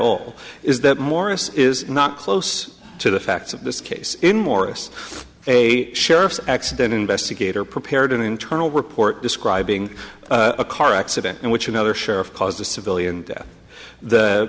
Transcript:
all is that morris is not close to the facts of this case in morris a sheriff's accident investigator prepared an internal report describing a car accident in which another sheriff caused a civilian death the